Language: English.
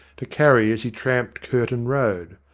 to carry as he tramped curtain road.